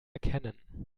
erkennen